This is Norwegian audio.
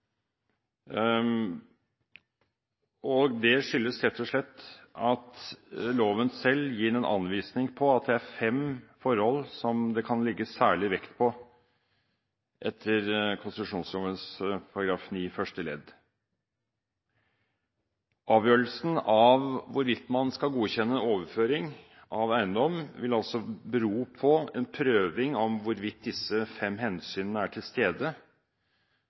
dag. Det skyldes rett og slett at loven selv gir en anvisning på at det er fem forhold som det kan legges særlig vekt på etter konsesjonsloven § 9 første ledd. Avgjørelsen av hvorvidt man skal godkjenne overføring av eiendom, vil altså bero på en prøving av hvorvidt disse fem hensynene er til stede